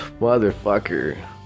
motherfucker